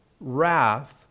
wrath